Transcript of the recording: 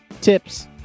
tips